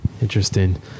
Interesting